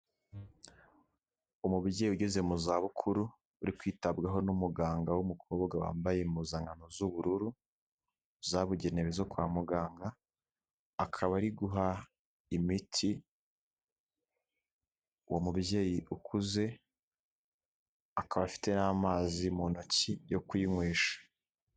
Umubyeyi ugeze mu za bukuru uri kwitabwaho n'umuganga w'umukobwa wambaye impuzankano z'ubururu zabugenewe zo kwa muganga akaba ari guha imiti uwo mubyeyi ukuze, akaba afite n'amazi mu ntoki yo kuyinywesha.